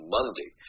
Monday